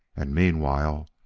and, meanwhile,